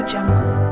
Jungle